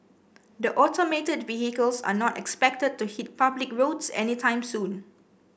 the automated vehicles are not expected to hit public roads anytime soon